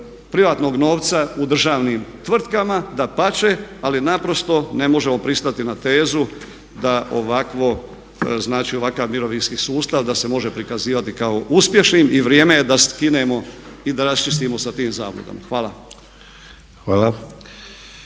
privatnog novca u državnim tvrtkama, dapače ali naprosto ne možemo pristati na tezu da ovakvo, znači ovakav mirovinski sustav da se može prikazivati kao uspješnim i vrijeme je skinemo i da raščistimo sa tim zabludama. Hvala.